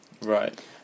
Right